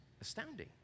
astounding